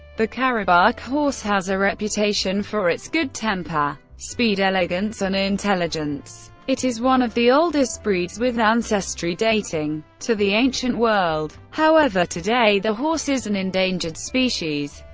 the karabakh horse has a reputation for its good temper, speed, elegance and intelligence. it is one of the oldest breeds, with ancestry dating to the ancient world. however, today the horse is an endangered species.